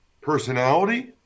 personality